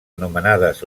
anomenades